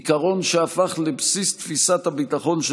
עיקרון שהפך לבסיס תפיסת הביטחון של